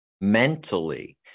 mentally